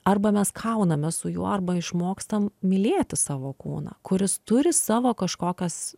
arba mes kaunamės su juo arba išmokstam mylėti savo kūną kuris turi savo kažkokias